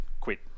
quit